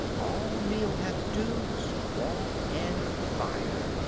all neel had to do was draw and fire.